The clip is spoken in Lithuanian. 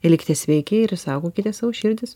ir likite sveiki ir išsaugokite savo širdis